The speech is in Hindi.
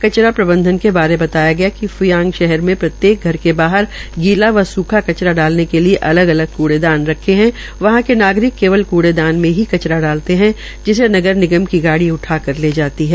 कचरा प्रबधन के बारे बताया गया कि फूयांग शहर में प्रत्येक घर के बाहर गीलाव सूखा कचरा डालने के लिए अलग अलग कुड़ेदान रखे है वहां के नागरिक केवल कुड़ेदान मे कचरा डालते है जिसे नगर निगम की गाड़ी उठाकर ले जाती है